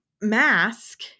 mask